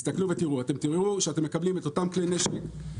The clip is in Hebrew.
אתם תיראו שאתם מקבלים את אותם כלי נשק,